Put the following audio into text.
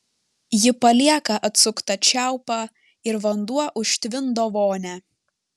ji palieka atsuktą čiaupą ir vanduo užtvindo vonią